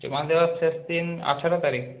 জমা দেওয়ার শেষদিন আঠারো তারিখ